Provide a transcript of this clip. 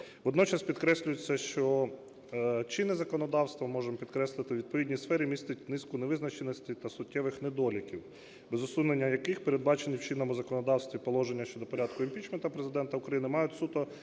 Водночас підкреслюється, що чинне законодавство, можемо підкреслити, у відповідній сфері містить низку невизначеностей та суттєвих недоліків, без усунення яких, передбачені у чинному законодавстві, положення щодо порядку імпічменту Президента України мають суто